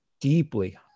deeply